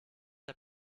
der